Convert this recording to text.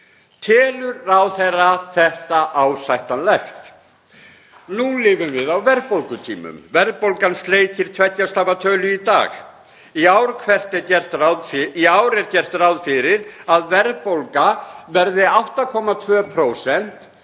Telur ráðherra þetta ásættanlegt? Nú lifum við á verðbólgutímum. Verðbólgan sleikir tveggja stafa tölu í dag. Í ár er gert ráð fyrir að verðbólga verði 8,2%